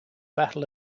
battle